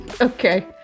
Okay